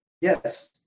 Yes